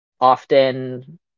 often